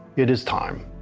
it is time.